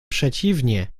przeciwnie